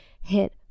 hit